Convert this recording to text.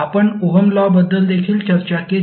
आपण Ohm law बद्दल देखील चर्चा केली